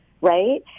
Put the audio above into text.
right